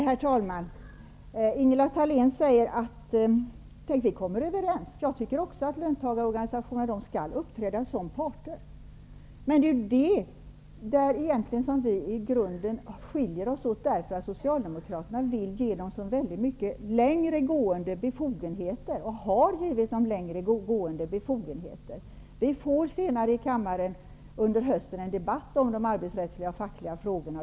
Herr talman! Tänk, Ingela Thalén, vi är överens. Jag tycker också att löntagarorganisationerna skall uppträda som parter. Men det är på den punkten vi i grunden skiljer oss. Socialdemokraterna vill ge dem så mycket längre gående befogenheter, och har också gjort det. Vi får här i kammaren senare under hösten en debatt om de arbetsrättsliga frågorna.